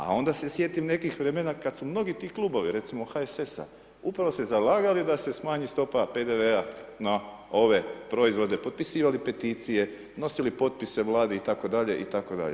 A onda se sjetim nekim vremena kada su mnogi ti klubovi, recimo HSS-a upravo se zalagali da se smanji stopa PDV-a na ove proizvode, potpisivali peticije, nosili potpise Vladi itd., itd.